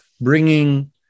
bringing